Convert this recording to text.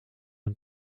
een